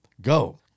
Go